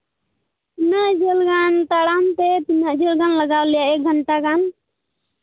ᱤᱱᱟᱹᱜ ᱡᱷᱟᱹᱞᱟ ᱛᱟᱲᱟᱢ ᱛᱮ ᱛᱤᱱᱟᱹᱜ ᱡᱷᱟᱹᱞ ᱵᱟᱝ ᱞᱟᱜᱟᱣ ᱞᱮ ᱮᱠ ᱜᱷᱚᱱᱴᱟ ᱜᱟᱱ